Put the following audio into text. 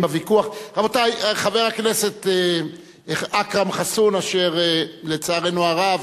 חבר הכנסת אכרם חסון, אשר לצערנו הרב,